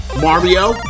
Mario